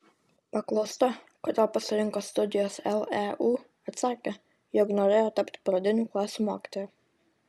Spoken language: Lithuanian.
paklausta kodėl pasirinko studijas leu atsakė jog norėjo tapti pradinių klasių mokytoja